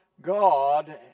God